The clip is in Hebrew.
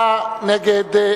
תודה.